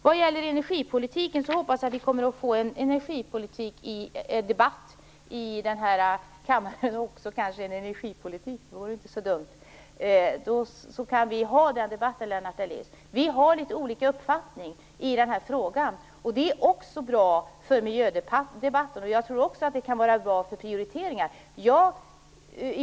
Vad gäller energipolitiken hoppas jag att vi kommer att få en energipolitikdebatt i den här kammaren, och kanske också en energipolitik - det vore inte på dumt. Då kan vi ha den debatten, Lennart Daléus. Vi har litet olika uppfattning i den här frågan. Det är bra för miljödebatten, och jag tror också att det kan vara bra för prioriteringar.